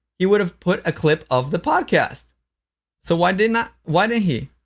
he would have put a clip of the podcast so why did not why didn't he?